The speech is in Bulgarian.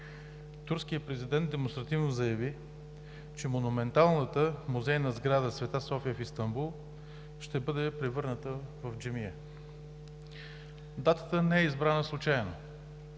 турският президент демонстративно заяви, че монументалната музейна сграда „Св. София“ в Истанбул ще бъде превърната в джамия. Датата не е избрана случайно.